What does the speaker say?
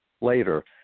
later